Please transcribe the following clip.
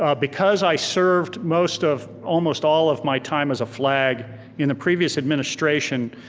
ah because i served most of, almost all of my time as a flag in the previous administration,